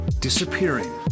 disappearing